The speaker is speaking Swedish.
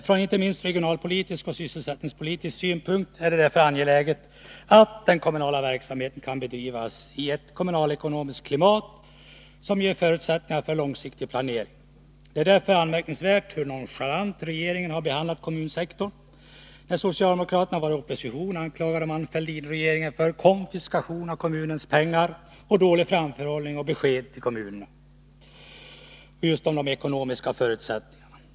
Från inte minst regionalpolitisk och sysselsättningspolitisk synpunkt är det därför angeläget att de kommunala verksamheterna kan bedrivas i ett kommunalekonomiskt klimat som ger förutsättningar för en långsiktig planering. Det är därför anmärkningsvärt hur nonchalant regeringen har behandlat kommunsektorn. När socialdemokraterna var i opposition anklagade man Fälldinregeringen för konfiskation av kommunernas pengar och dålig framförhållning och bristfälliga besked till kommunerna om ekonomiska förutsättningar.